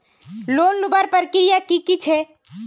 Loan लुबार प्रक्रिया की की छे?